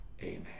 Amen